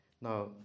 Now